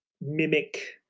mimic